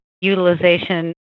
utilization